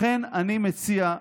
לכן אני מציע,